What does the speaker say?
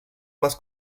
más